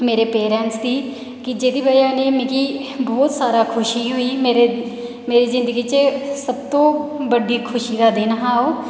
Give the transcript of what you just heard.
मेरे पेरेंट्स दी कि जेह्दी बजह कन्नै मिगी बहुत जादा खुशी होई ते मेरी जिंदगी च बहुत बड्डी खुशी दा दिन हा ओह्